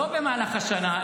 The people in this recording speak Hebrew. לא במהלך השנה,